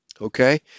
Okay